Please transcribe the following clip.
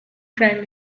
crime